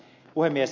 puhemies